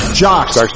jocks